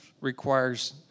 requires